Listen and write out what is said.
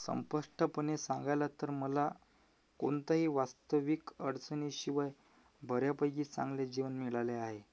संपष्टपणे सांगायला तर मला कोणतंही वास्तविक अडचणीशिवाय बऱ्यापैकी चांगले जेवण मिळाले आहे